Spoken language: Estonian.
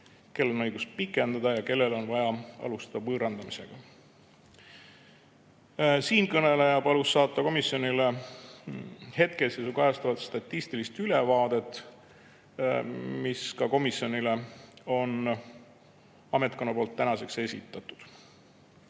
kellel on õigus pikendada ja kellel on vaja alustada võõrandamisega. Siinkõneleja palus komisjonile saata hetkeseisu kajastavat statistilist ülevaadet, mis komisjonile on ametkonna poolt tänaseks ka esitatud.